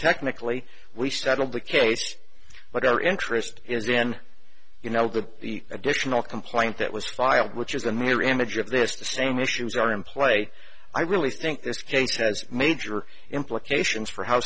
technically we settled the case but our interest is in you know that the additional complaint that was filed which is the mirror image of this the same issues are in play i really think this case has major implications for how